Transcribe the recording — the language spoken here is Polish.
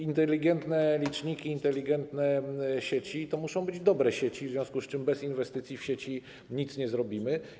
Inteligentne liczniki, inteligentne sieci to muszą być dobre sieci, w związku z czym bez inwestycji w sieci nic nie zrobimy.